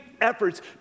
efforts